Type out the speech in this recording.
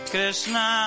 Krishna